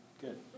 good